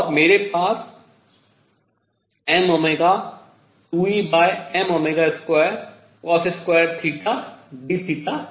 मेरे पास mω2Em2θdθ था